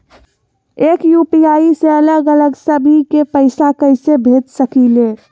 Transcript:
एक यू.पी.आई से अलग अलग सभी के पैसा कईसे भेज सकीले?